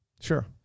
Sure